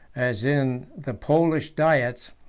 as in the polish diets,